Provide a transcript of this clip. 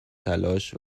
تلاش